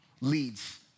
leads